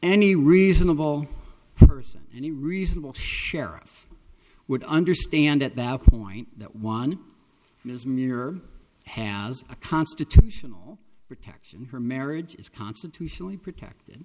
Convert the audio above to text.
any reasonable person any reasonable sheriff would understand at that point that one is muir has a constitutional protection her marriage is constitutionally protected